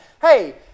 Hey